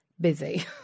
busy